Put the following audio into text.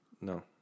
No